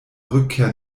rückkehr